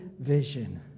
vision